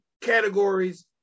categories